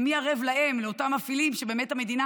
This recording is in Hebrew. ומי ערב להם, לאותם מפעילים, שבאמת המדינה